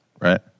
right